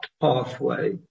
pathway